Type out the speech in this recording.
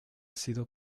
sido